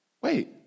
Wait